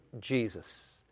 Jesus